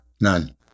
None